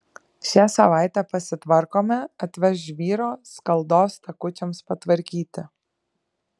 šią savaitę pasitvarkome atveš žvyro skaldos takučiams patvarkyti